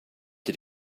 did